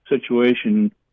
situation